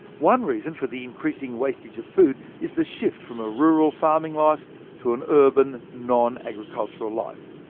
one reason for the increasing wastage of food is the shift from a rural farming life to an urban non-agricultural life.